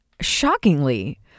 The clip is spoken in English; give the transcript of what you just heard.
shockingly